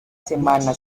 semana